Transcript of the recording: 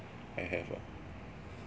I have ah